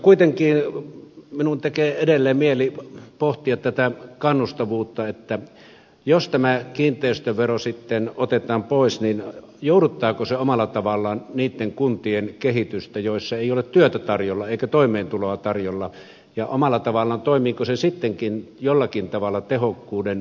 kuitenkin minun tekee edelleen mieli pohtia tätä kannustavuutta että jos tämä kiinteistövero sitten otetaan pois niin jouduttaako se omalla tavallaan niitten kuntien kehitystä joissa ei ole työtä tarjolla eikä toimeentuloa tarjolla ja omalla tavallaan toimiiko se sittenkin jollakin tavalla tehokkuuden piiskurina